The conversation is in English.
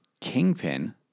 Kingpin